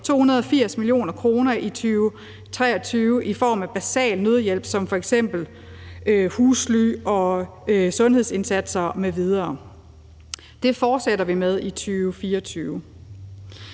280 mio. kr. i 2023 i form af basal nødhjælp som husly, sundhedsindsatser m.v., og det fortsætter vi med i 2024.